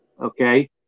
Okay